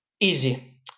easy